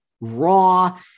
raw